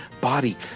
body